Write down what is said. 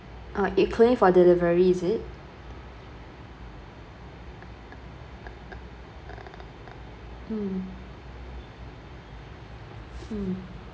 oh it claim for delivery is it mm mm